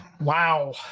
Wow